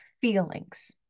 feelings